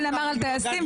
היא עבדה ועשתה תקדימים,